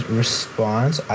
response